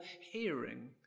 hearing